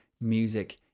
music